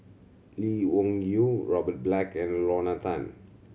Lee Wung Yew Robert Black and Lorna Tan